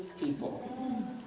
people